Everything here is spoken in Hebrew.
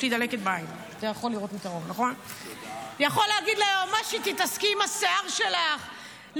הוא יכול להגיד ליועמ"שית: תתעסקי עם השיער שלך,